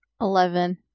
Eleven